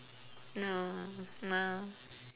no no